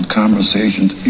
conversations